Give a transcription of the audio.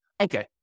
Okay